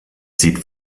sieht